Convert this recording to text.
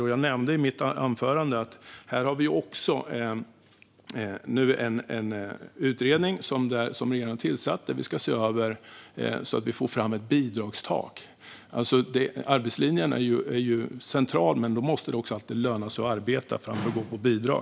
Som jag nämnde i mitt anförande har vi nu en utredning som regeringen har tillsatt för att titta på och få fram ett bidragstak. Arbetslinjen är central, men då måste det också alltid löna sig mer att arbeta än att gå på bidrag.